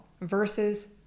versus